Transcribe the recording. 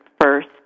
first